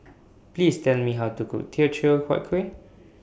Please Tell Me How to Cook Teochew Huat Kueh